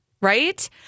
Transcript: right